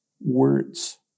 words